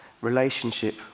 relationship